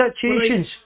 situations